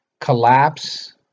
Collapse